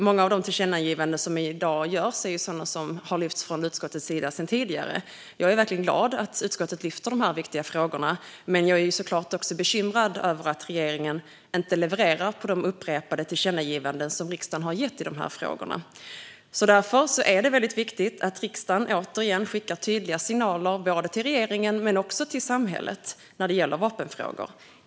Många av de tillkännagivanden som i dag görs gäller sådant som har lyfts fram från utskottets sida även tidigare. Jag är verkligen glad att utskottet lyfter fram de här viktiga frågorna, men jag är såklart också bekymrad över att regeringen inte levererar på de upprepade tillkännagivanden som riksdagen har gjort i de här frågorna. Därför är det väldigt viktigt att riksdagen återigen skickar tydliga signaler både till regeringen och till samhället när det gäller vapenfrågor.